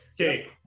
Okay